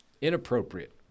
inappropriate